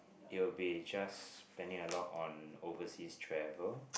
it will be just spending a lot on overseas travel